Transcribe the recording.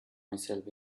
myself